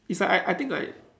it's like I I think like